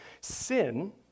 Sin